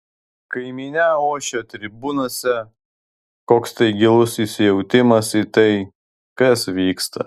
kai minia ošia tribūnose koks tai gilus įsijautimas į tai kas vyksta